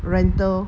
rental